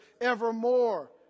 evermore